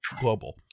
global